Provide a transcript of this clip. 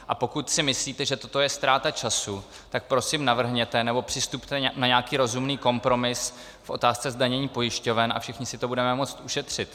A pokud si myslíte, že toto je ztráta času, tak prosím navrhněte nebo přistupte na nějaký rozumný kompromis v otázce zdanění pojišťoven a všichni si to budeme moct ušetřit.